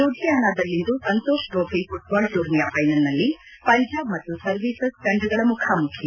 ಲೂಧಿಯಾನದಲ್ಲಿಂದು Santosh trophy football ಟೂರ್ನಿಯ ಫೈನಲ್ನಲ್ಲಿ ಪಂಜಾಬ್ ಮತ್ತು ಸರ್ವಿಸಸ್ ತಂಡಗಳ ಮುಖಾಮುಖಿ